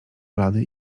blady